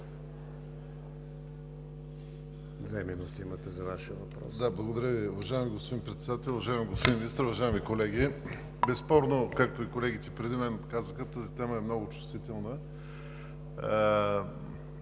Две минути имате за Вашия въпрос.